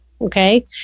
Okay